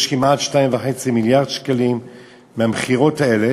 יש כמעט 2.5 מיליארד שקלים מהמכירות האלה.